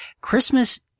Christmas